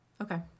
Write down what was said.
Okay